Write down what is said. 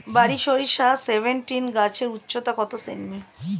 বারি সরিষা সেভেনটিন গাছের উচ্চতা কত সেমি?